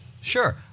Sure